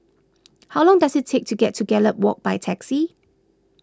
how long does it take to get to Gallop Walk by taxi